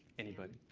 anybody?